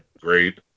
great